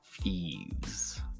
thieves